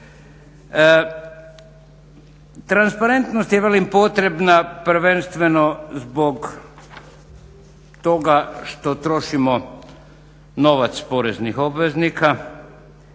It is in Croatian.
Transparentnost je velim potrebna prvenstveno zbog toga što trošimo novac poreznih obveznika